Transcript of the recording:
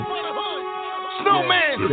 Snowman